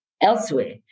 elsewhere